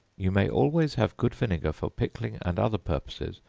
you may always have good vinegar for pickling, and other purposes,